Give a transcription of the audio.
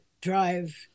drive